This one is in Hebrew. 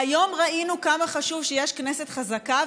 היום ראינו כמה חשוב שיש כנסת חזקה.